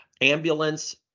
ambulance